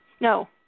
No